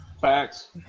Facts